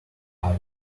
hurry